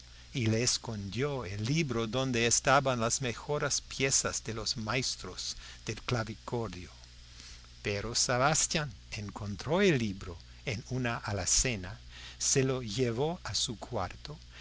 y le escondió el libro donde estaban las mejores piezas de los maestros del clavicordio pero sebastián encontró el libro en una alacena se lo llevó a su cuarto